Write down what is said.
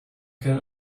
can